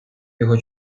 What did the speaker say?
його